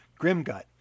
Grimgut